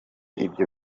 ibyo